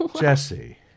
jesse